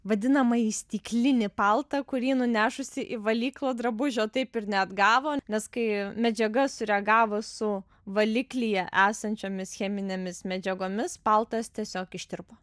vadinamąjį stiklinį paltą kurį nunešusi į valyklą drabužio taip ir neatgavo nes kai medžiaga sureagavo su valiklyje esančiomis cheminėmis medžiagomis paltas tiesiog ištirpo